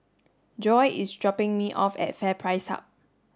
Joye is dropping me off at FairPrice Hub